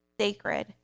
sacred